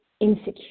insecure